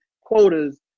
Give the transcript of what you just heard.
quotas